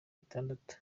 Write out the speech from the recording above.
bitandatu